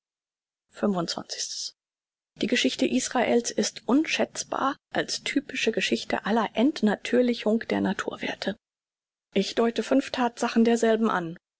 die geschichte israel's ist unschätzbar als typische geschichte aller entnatürlichung der natur werthe ich deute fünf thatsachen derselben an